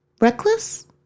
Reckless